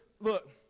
look